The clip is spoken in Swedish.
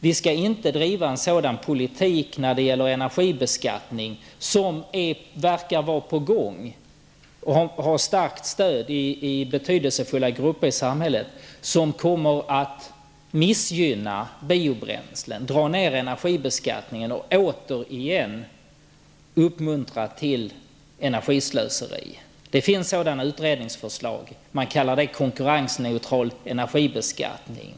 Vi skall inte driva en sådan politik när det gäller energibeskattning som verkar vara på gång, som har starkt stöd i betydelsefulla grupper i samhället och som kommer att missgynna biobränslen, dra ned energibeskattningen och åter uppmuntra till energislöseri. Det finns sådana utredningsförslag, och man kallar detta en konkurrensneutral energibeskattning.